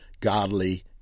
godly